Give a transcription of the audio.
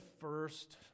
first